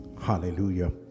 Hallelujah